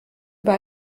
über